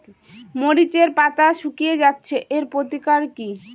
মরিচের পাতা শুকিয়ে যাচ্ছে এর প্রতিকার কি?